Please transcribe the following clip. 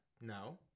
No